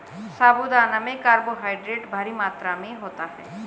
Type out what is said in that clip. साबूदाना में कार्बोहायड्रेट भारी मात्रा में होता है